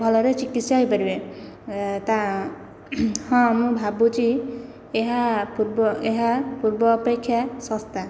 ଭଲରେ ଚିକିତ୍ସା ହେଇପାରିବେ ହଁ ମୁଁ ଭାବୁଛି ଏହା ପୂର୍ବ ଏହା ପୂର୍ବ ଅପେକ୍ଷା ଶସ୍ତା